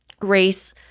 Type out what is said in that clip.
race